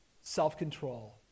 self-control